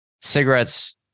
cigarettes